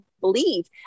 believe